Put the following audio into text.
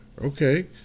Okay